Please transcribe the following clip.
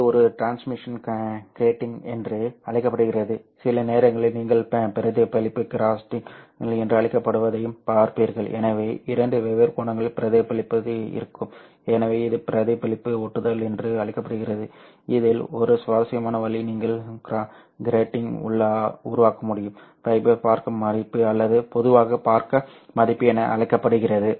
இது ஒரு transmission grating என்று அழைக்கப்படுகிறது சில நேரங்களில் நீங்கள் பிரதிபலிப்பு கிராட்டிங்ஸ் என்று அழைக்கப்படுவதையும் பார்ப்பீர்கள் எனவே இரண்டு வெவ்வேறு கோணங்களில் பிரதிபலிப்பு இருக்கும் எனவே இது பிரதிபலிப்பு ஒட்டுதல் என்று அழைக்கப்படுகிறது இதில் ஒரு சுவாரஸ்யமான வழி நீங்கள் ஒரு கிராட்டிங் உருவாக்க முடியும் ஃபைபர் ப்ராக் மதிப்பீடு அல்லது பொதுவாக ப்ராக் மதிப்பீடு என அழைக்கப்படுகிறது